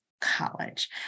college